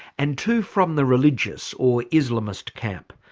and two from the religious or islamist camp,